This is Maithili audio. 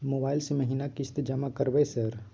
मोबाइल से महीना किस्त जमा करबै सर?